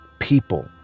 people